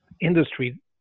industry